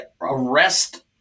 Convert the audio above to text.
arrest